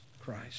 Christ